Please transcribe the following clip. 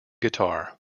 guitar